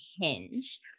Hinge